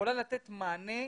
שיכולה לתת מענה,